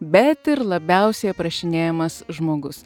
bet ir labiausiai aprašinėjamas žmogus